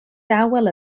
dawel